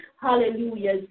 Hallelujah